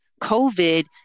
COVID